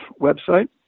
website